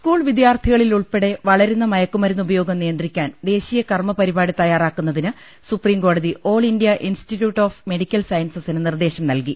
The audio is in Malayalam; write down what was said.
സ്കൂൾ വിദ്യാർത്ഥികളിലുൾപ്പെടെ വളരുന്ന മയക്കുമരുന്ന് ഉപയോഗം നിയന്ത്രിക്കാൻ ദേശീയ കർമ്മ പരിപാടി തയ്യാറാ ക്കുന്നതിന് സുപ്രീംകോടതി all India institute of medical സയൻസസിന് നിർദ്ദേശം നൽകി